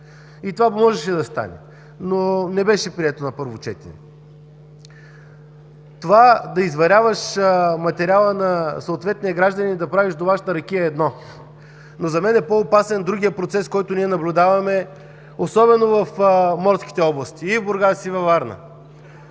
Това можеше да стане, но не беше прието на първо четене. Да изваряваш материала на съответния гражданин и да правиш домашна ракия е едно, но за мен по-опасен е другият процес, който наблюдаваме, особено в морските области – Бургас и Варна.